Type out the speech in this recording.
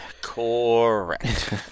Correct